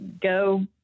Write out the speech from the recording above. Go